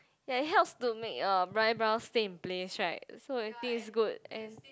ya it helps to make your eyebrows stay in place right so I think it's good and